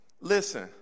Listen